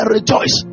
Rejoice